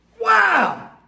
Wow